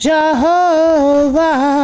Jehovah